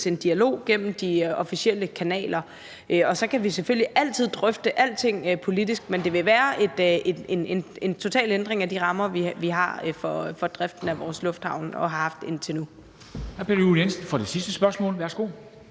en dialog gennem de officielle kanaler. Så kan vi selvfølgelig altid drøfte alting politisk. Men det ville være en total ændring af de rammer, vi har for driften af vores lufthavne, og som vi har haft indtil nu.